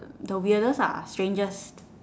the weirdest lah strangest